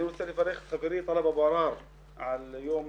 אני רוצה לברך את חברי טלב אבו עראר על יום